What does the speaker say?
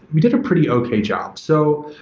we did a pretty okay job. so,